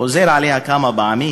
הוא חזר עליה כמה פעמים: